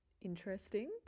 interesting